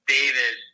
David